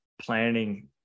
planning